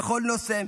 בכל נושא,